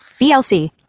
VLC